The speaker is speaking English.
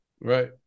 Right